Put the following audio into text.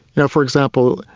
you know for example,